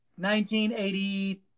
1980